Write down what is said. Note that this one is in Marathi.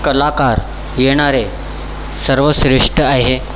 कलाकार येणारे सर्वश्रेष्ठ आहे